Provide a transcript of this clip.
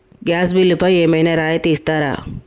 Gas బిల్లుపై ఏమైనా రాయితీ ఇస్తారా?